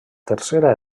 tercera